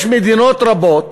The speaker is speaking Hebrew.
יש מדינות רבות